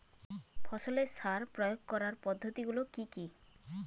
ফসলের সার প্রয়োগ করার পদ্ধতি গুলো কি কি?